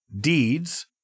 deeds